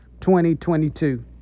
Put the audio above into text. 2022